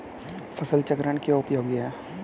फसल चक्रण क्यों उपयोगी है?